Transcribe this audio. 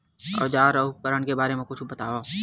औजार अउ उपकरण के बारे मा कुछु बतावव?